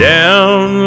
Down